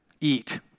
eat